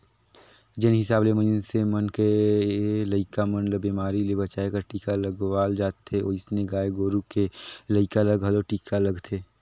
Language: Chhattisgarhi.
जेन हिसाब ले मनइसे मन के लइका मन ल बेमारी ले बचाय बर टीका लगवाल जाथे ओइसने गाय गोरु के लइका ल घलो टीका लगथे